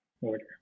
order